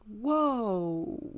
Whoa